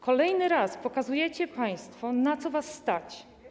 Kolejny raz pokazujecie państwo, na co was stać.